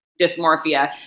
dysmorphia